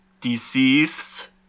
deceased